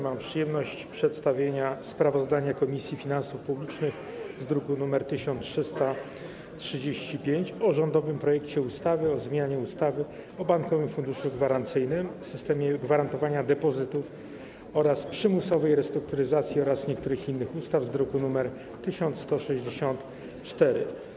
Mam przyjemność przedstawić sprawozdanie Komisji Finansów Publicznych z druku nr 1335 o rządowym projekcie ustawy o zmianie ustawy o Bankowym Funduszu Gwarancyjnym, systemie gwarantowania depozytów oraz przymusowej restrukturyzacji oraz niektórych innych ustaw z druku nr 1164.